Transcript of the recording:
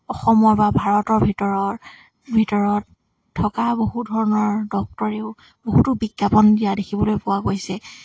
অসমৰ বা ভাৰতৰ ভিতৰৰ ভিতৰত থকা বহু ধৰণৰ ডক্তৰেও বহুতো বিজ্ঞাপন দিয়া দেখিবলৈ পোৱা গৈছে